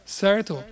certo